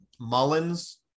Mullins